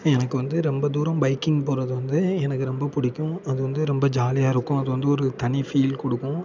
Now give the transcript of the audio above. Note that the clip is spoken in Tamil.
எனக்கு வந்து ரொம்ப தூரம் பைக்கிங் போகிறது வந்து எனக்கு ரொம்ப பிடிக்கும் அது வந்து ரொம்ப ஜாலியாக இருக்கும் அது வந்து ஒரு தனி ஃபீல் கொடுக்கும்